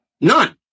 none